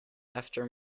after